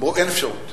אמרו: אין אפשרות.